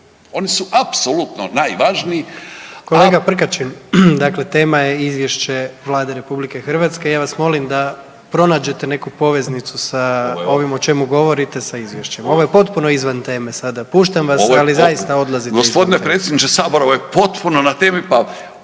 Gordan (HDZ)** Kolega Prkačin, dakle tema je Izvješće Vlade Republike Hrvatske. Ja vas molim da pronađete neku poveznicu sa ovim o čemu govorite sa Izvješćem. Ovo je potpuno izvan teme sada. Puštam vas, ali zaista odlazite izvan teme. **Prkačin, Ante (DP)** Gospodine predsjedniče Sabora ovo je potpuno na temi. Pa